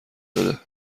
بده